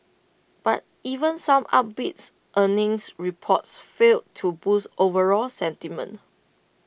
but even some up beats earnings reports failed to boost overall sentiment